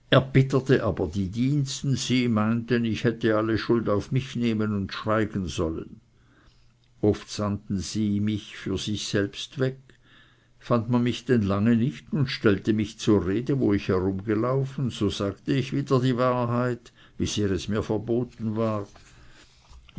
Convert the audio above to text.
erbitterte aber die diensten sie meinten ich hätte alle schuld auf mich nehmen und schweigen sollen oft sandten sie mich für sich selbst weg fand man mich dann lange nicht und stellte mich zur rede wo ich herumgelaufen so sagte ich wieder die wahrheit wie sehr es mir verboten war